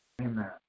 Amen